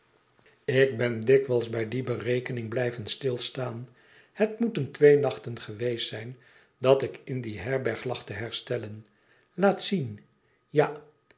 ik ben dikwijls bij die berekening blijven stilstaan het moeten twee nachten geweest zijn dat ik in die herberg lag te herstellen laat zien ja